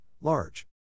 large